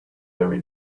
every